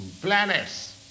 planets